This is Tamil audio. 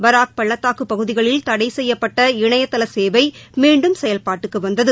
பராக் பள்ளத்தாக்குப் பகுதிகளில் தடை செய்யப்பட்ட இணையதள சேவை மீண்டும் செயவ்பாட்டுக்கு வந்தது